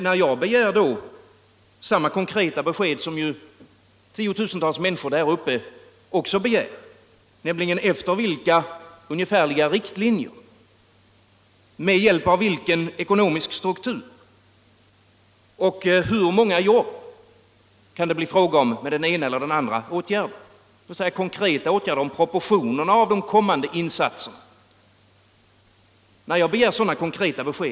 När jag begär samma konkreta besked som tiotusentals människor där uppe begär - efter vilka ungefärliga riktlinjer och med hjälp av vilken ekonomisk struktur skall sysselsättningen säkras, hur många jobb kan det bli fråga om med den ena eller andra åtgärden och vilka är proportionerna mellan de kommande insatserna?